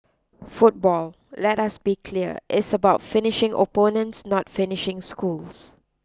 football let us be clear is about finishing opponents not finishing schools